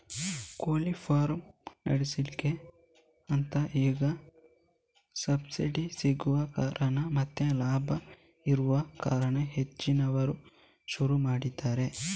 ಕೋಳಿ ಫಾರ್ಮ್ ನಡೆಸ್ಲಿಕ್ಕೆ ಅಂತ ಈಗ ಸಬ್ಸಿಡಿ ಸಿಗುವ ಕಾರಣ ಮತ್ತೆ ಲಾಭ ಇರುವ ಕಾರಣ ಹೆಚ್ಚಿನವರು ಶುರು ಮಾಡಿದ್ದಾರೆ